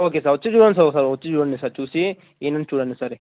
okay sir వచ్చి చూడండి sir ఒకసారి వచ్చి చూడండి సార్ చూసి ఇక్కడ్నుంచి చూడండి ఈ సారి